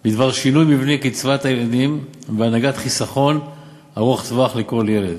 שינוי מבנה קצבת הילדים והנהגת חיסכון ארוך טווח לכל ילד.